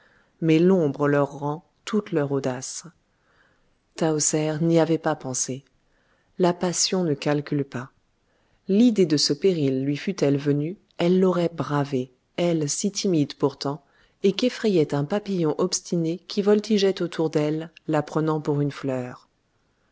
mais l'ombre leur rend toute leur audace tahoser n'y avait pas pensé la passion ne calcule pas l'idée de ce péril lui fût-elle venue elle l'aurait bravé elle si timide pourtant et qu'effrayait un papillon obstiné qui voltigeait autour d'elle la prenant pour une fleur